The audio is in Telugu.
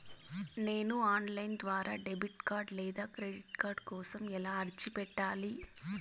నేను ఆన్ లైను ద్వారా డెబిట్ కార్డు లేదా క్రెడిట్ కార్డు కోసం ఎలా అర్జీ పెట్టాలి?